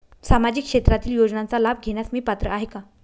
सामाजिक क्षेत्रातील योजनांचा लाभ घेण्यास मी पात्र आहे का?